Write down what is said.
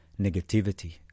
negativity